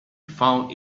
found